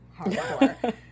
hardcore